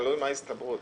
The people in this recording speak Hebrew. תלוי בהסתברות.